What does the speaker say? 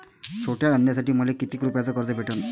छोट्या धंद्यासाठी मले कितीक रुपयानं कर्ज भेटन?